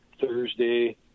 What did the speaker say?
thursday